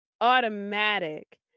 automatic